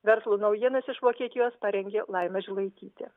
verslo naujienas iš vokietijos parengė laima žilaitytė